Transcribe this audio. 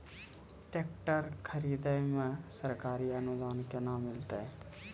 Tractor खरीदै मे सरकारी अनुदान केना मिलतै?